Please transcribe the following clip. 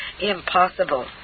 impossible